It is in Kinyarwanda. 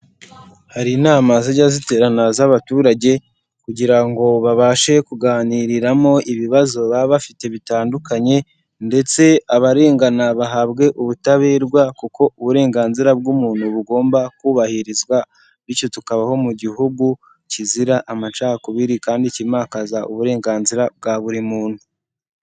Hari inama zijya ziterana z'abaturage kugira ngo babashe kuganiriramo ibibazo baba bafite bitandukanye ndetse abarengana bahabwe ubutaberwa kuko uburenganzira bw'umuntu bugomba kubahirizwa bityo tukabaho mu gihugu kizira amacakubiri kandi kimakaza uburenganzira bwa buri muntu.